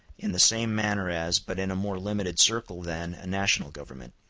in the same manner, as, but in a more limited circle than, a national government.